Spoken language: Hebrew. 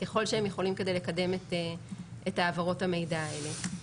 ככל שהם יכולים כדי לקדם את העברות המידע האלה.